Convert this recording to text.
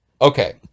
okay